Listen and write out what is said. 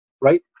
Right